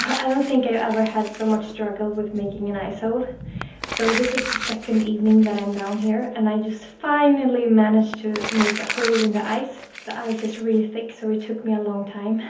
i don't think i ever had so much struggle with making a nice old so this is the second evening that i'm down here and i just finally managed to make a hole in the ice the ice is really thick so it took me a long time.